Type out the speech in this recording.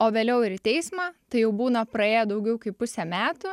o vėliau ir į teismą tai jau būna praėję daugiau kaip pusę metų